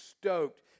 stoked